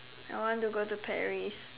I want to go to Paris